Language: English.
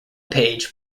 page